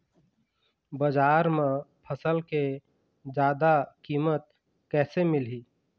बजार म फसल के जादा कीमत कैसे मिलही?